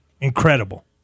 Incredible